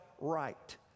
right